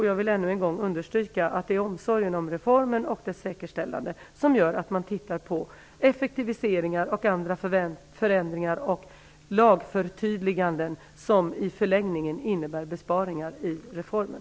Jag vill ännu en gång understryka att det är omsorgen om reformen och dess säkerställande som gör att vi tittar på möjligheten att genomföra effektiviseringar och andra förändringar och lagförtydliganden, som i förlängningen innebär besparingar i reformen.